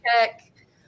check